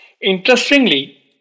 Interestingly